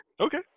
Okay